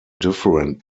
different